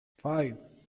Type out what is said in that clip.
five